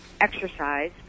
exercise